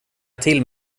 till